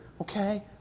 okay